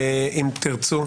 אם תרצו.